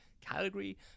category